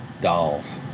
dolls